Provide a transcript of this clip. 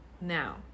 Now